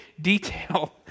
detail